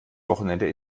wochenende